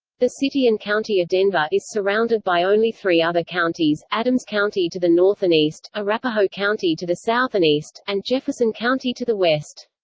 the city and county of denver is surrounded by only three other counties adams county to the north and east, arapahoe county to the south and east, and jefferson county to the west.